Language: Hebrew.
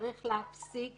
צריך להפסיק